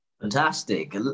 Fantastic